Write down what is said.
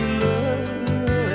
love